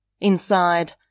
Inside